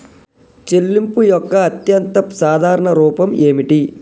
చెల్లింపు యొక్క అత్యంత సాధారణ రూపం ఏమిటి?